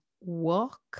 walk